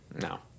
No